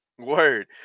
word